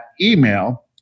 email